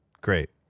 Great